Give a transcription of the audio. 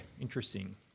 interesting